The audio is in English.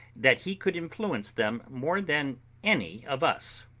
that he could influence them more than any of us.